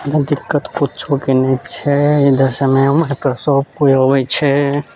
यहाँ दिक्कत कुछोके नहि छै इधर समयपर सब कोइ अबै छै